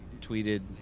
tweeted